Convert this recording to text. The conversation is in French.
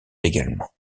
également